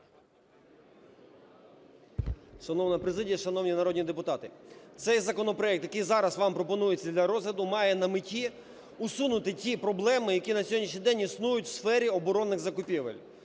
Шановна президія, шановні народні депутати, цей законопроект, який зараз вам пропонується для розгляду, має на меті усунути ті проблеми, які на сьогоднішній день існують в сфері оборонних закупівель.